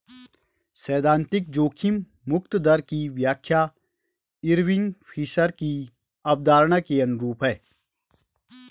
सैद्धांतिक जोखिम मुक्त दर की व्याख्या इरविंग फिशर की अवधारणा के अनुरूप है